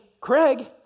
Craig